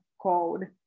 code